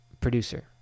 producer